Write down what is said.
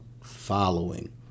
following